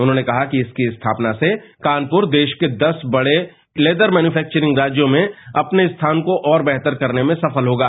उन्होंने कहा कि इसकी स्थापना से कानपुर देश के दस बड़े लेदर मैचुर्फैक्चरिंग राज्यों में अपने स्थान को और बेहतर करने में सफल होगा